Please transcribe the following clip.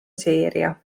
seeria